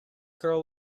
girl